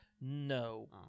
No